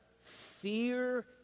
fear